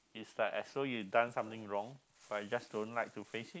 it's like as though you done something wrong but you just don't like to face it